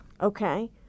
Okay